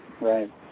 Right